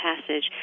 passage